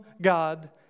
God